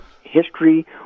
history